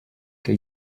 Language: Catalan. què